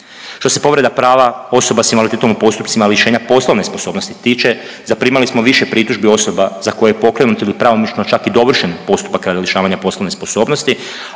Što se povreda prava osoba s invaliditetom u postupcima lišenja poslovne sposobnosti tiče zaprimali smo više pritužbi osoba za koje je pokrenut ili pravnično čak i dovršen postupak lišavanja poslovne sposobnosti,